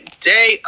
day